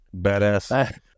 badass